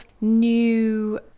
new